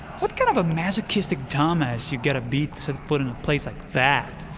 what kind of a masochistic dumbass you gotta be to set foot in a place like that?